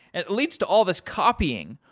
it leads to all these copying.